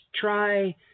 try